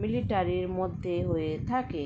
মিলিটারির মধ্যে হয়ে থাকে